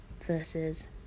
versus